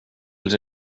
els